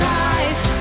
life